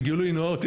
שלגילוי נאות,